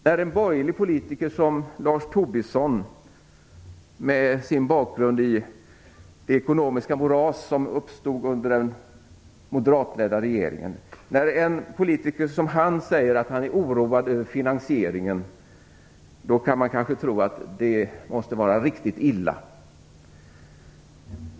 När en borgerlig politiker som Lars Tobisson, med sin bakgrund i det ekonomiska moras som uppstod under den moderatledda regeringen, säger att han är oroad över finansieringen kan man kanske tro att det måste vara riktigt illa.